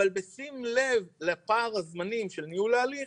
אבל בשים לב לפער הזמנים של ניהול ההליך